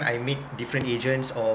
I meet different agents or